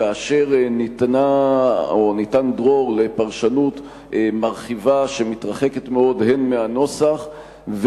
כאשר ניתן דרור לפרשנות מרחיבה שמתרחקת מאוד מהנוסח,